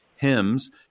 hymns